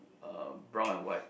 uh brown and white